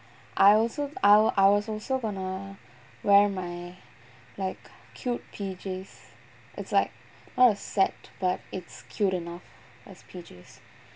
I also I I was also gonna wear my like cute P_Js it's like not a set but it's cute enough as P_Js